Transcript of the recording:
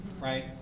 right